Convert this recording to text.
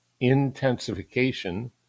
intensification